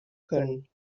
können